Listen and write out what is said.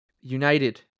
united